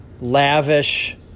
lavish